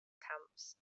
camps